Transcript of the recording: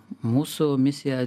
mūsų misija